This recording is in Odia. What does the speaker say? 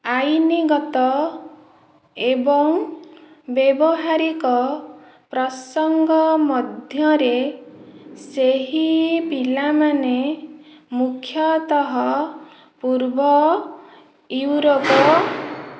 ଆଇନଗତ ଏବଂ ବ୍ୟବହାରିକ ପ୍ରସଙ୍ଗ ମଧ୍ୟରେ ସେହି ପିଲାମାନେ ମୁଖ୍ୟତଃ ପୂର୍ବ ୟୁରୋପ